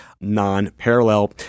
non-parallel